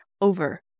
over